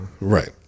Right